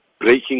breaking